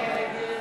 ההסתייגות